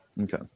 Okay